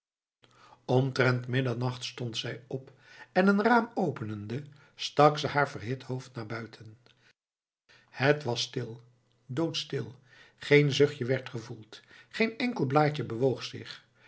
omtrent middernacht stond zij op en een raam openende stak ze haar verhit hoofd naar buiten het was stil doodstil geen zuchtje werd gevoeld geen enkel blaadje bewoog zich